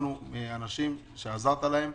תודה רבה.